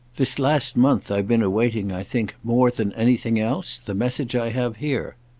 this last month i've been awaiting, i think, more than anything else, the message i have here.